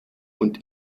und